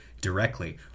directly